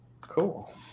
Cool